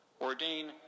Ordain